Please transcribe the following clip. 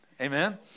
amen